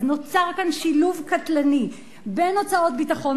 אז נוצר כאן שילוב קטלני בין הוצאות ביטחון